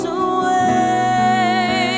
away